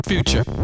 future